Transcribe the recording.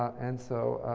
and so,